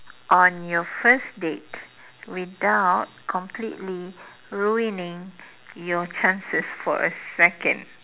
on your first date without completely ruining your chances for a second